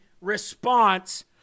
response